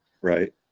right